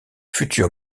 futur